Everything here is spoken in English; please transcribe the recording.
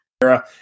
era